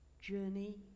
journey